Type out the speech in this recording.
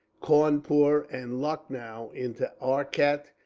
cawnpoor, and lucknow, into arkat,